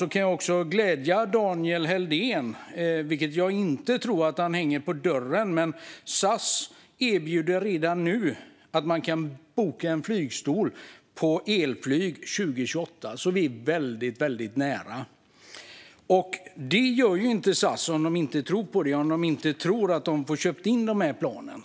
Jag kan glädja Daniel Helldén med något som jag inte tror att han kommer att hänga på dörren: SAS erbjuder redan nu bokning av flygstol på elflyg år 2028. Vi är alltså väldigt nära! Detta gör inte SAS om de inte tror på det och om de inte tror att de kan köpa in de här planen.